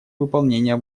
выполнения